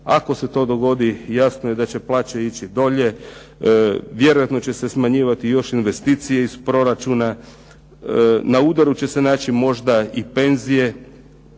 Ako se to dogodi, jasno je da će plaće ići dolje, vjerojatno će se smanjivati još investicije iz proračuna, na udaru će se naći možda i penzije,